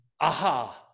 aha